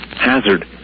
Hazard